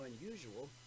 unusual